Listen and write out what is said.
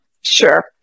Sure